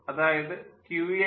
അതായത് QH